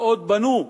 ועוד בנו,